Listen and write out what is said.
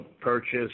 purchase